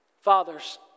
fathers